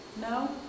No